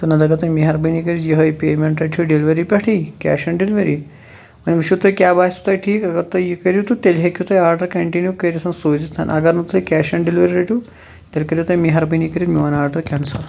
تہٕ نہ تہٕ اَگَر تُہۍ مہربٲنی یِہٕے پیمینٹ رٔٹۍ وٕ ڈیٚلوری پیٹھٕے کیش آن ڈیٚلوری وۄنۍ وٕچھو تُہۍ کیاہ باسوٕ تۄہہِ ٹھیٖک اَگَر تُہۍ یہِ کٔرِو تیٚلہِ ہیٚکِو تُہۍ آرڈَر کَنٹِنیوٗ کٔرِتھ سوٗزِتھ اَگَر نہٕ تُہۍ کیش آن ڈیٚلوری رٔٹِو تیٚلہِ کٔرِو تُہۍ مہربٲنی کٔرِتھ میون آرڈَر کینسل